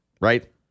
Right